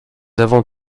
avons